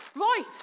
Right